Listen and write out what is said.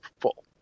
full